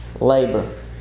labor